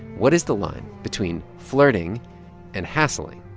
what is the line between flirting and hassling?